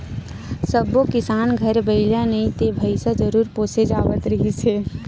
सब्बो किसान घर बइला नइ ते भइसा जरूर पोसे जावत रिहिस हे